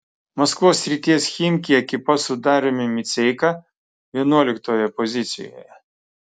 maskvos srities chimki ekipa su dariumi miceika vienuoliktoje pozicijoje